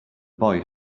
boy